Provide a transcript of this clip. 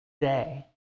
today